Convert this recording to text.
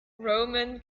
roman